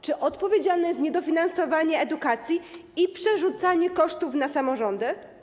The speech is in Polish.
Czy odpowiedzialne jest niedofinansowanie edukacji i przerzucanie kosztów na samorządy?